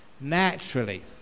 naturally